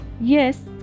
Yes